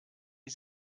die